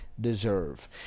deserve